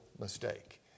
mistake